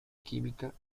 química